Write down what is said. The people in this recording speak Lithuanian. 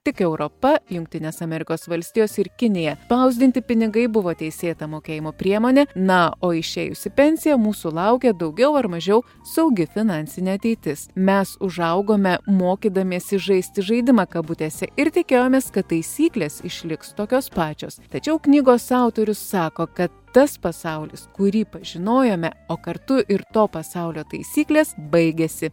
tik europa jungtinės amerikos valstijos ir kinija spausdinti pinigai buvo teisėta mokėjimo priemonė na o išėjus į pensiją mūsų laukia daugiau ar mažiau saugi finansinė ateitis mes užaugome mokydamiesi žaisti žaidimą kabutėse ir tikėjomės kad taisyklės išliks tokios pačios tačiau knygos autorius sako kad tas pasaulis kurį pažinojome o kartu ir to pasaulio taisyklės baigėsi